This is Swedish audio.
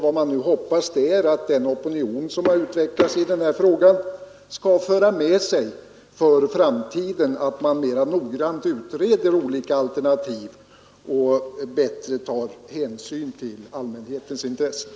Vad vi nu hoppas är att den opinion som utvecklats i denna fråga för framtiden skall föra med sig att man mera noggrant utreder olika alternativ och bättre tar hänsyn till allmänhetens intressen.